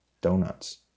donuts